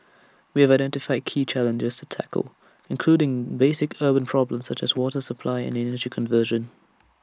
we have identified key challenges to tackle including basic urban problems such as water supply and energy conservation